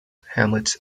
hamlets